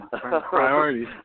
Priorities